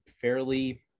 fairly